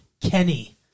Kenny